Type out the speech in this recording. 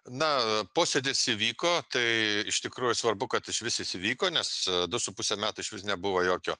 na posėdis įvyko tai iš tikrųjų svarbu kad išvis jis įvyko nes du su puse metų išvis nebuvo jokio